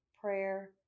prayer